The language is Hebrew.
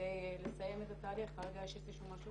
וכדי לסיים את התהליך כרגע יש איזה משהו